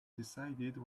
decided